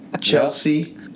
Chelsea